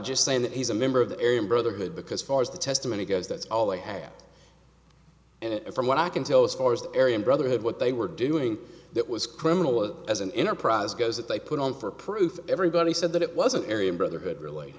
just saying that he's a member of the area brotherhood because far as the testimony goes that's all they have and from what i can tell as far as the area brotherhood what they were doing that was criminal as an enterprise goes that they put on for proof everybody said that it was an area of brotherhood really